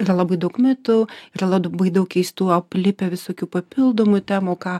yra labai daug mitų yra labai daug keistų aplipę visokių papildomų temų ką